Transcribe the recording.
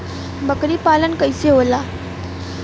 बकरी पालन कैसे होला?